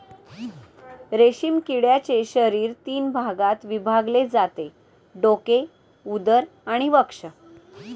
रेशीम किड्याचे शरीर तीन भागात विभागले जाते डोके, उदर आणि वक्ष